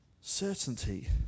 Certainty